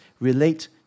relate